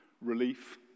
relief